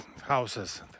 houses